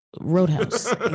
roadhouse